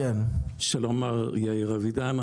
שלום, מר אבידן.